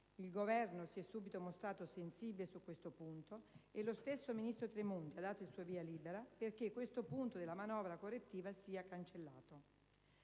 Il Governo si è subito mostrato sensibile su questo punto e lo stesso ministro Tremonti ha dato il suo via libera perché questo punto della manovra correttiva sia cancellato».